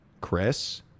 Chris